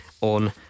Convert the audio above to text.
on